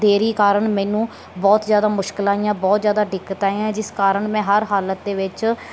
ਦੇਰੀ ਕਾਰਨ ਮੈਨੂੰ ਬਹੁਤ ਜ਼ਿਆਦਾ ਮੁਸ਼ਕਲਾਂ ਆਈਆਂ ਬਹੁਤ ਜ਼ਿਆਦਾ ਦਿੱਕਤਾਂ ਆਈਆਂ ਜਿਸ ਕਾਰਨ ਮੈਂ ਹਰ ਹਾਲਤ ਦੇ ਵਿੱਚ